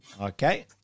Okay